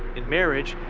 in marriage,